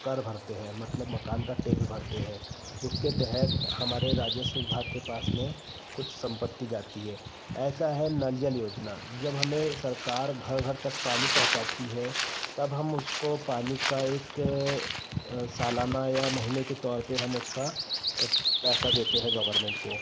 कर भरते हैं मतलब मकान का टैक्स भरते हैं उसके तहत हमारे राजस्व विभाग के पास में कुछ सम्पत्ति जाती है ऐसा है नल जल योजना जब हमें सरकार घर घर तक पानी पहुँचाती है तब हम उसको पानी का एक सलाना या महीने के तौर पर हम उसका पैसा देते हैं गवर्नमेंट को